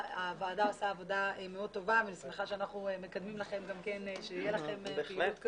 שהוועדה עושה עבודה מאוד טובה ואני שמחה שאנחנו נותנים לכם פעילות כזאת.